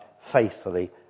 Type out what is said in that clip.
faithfully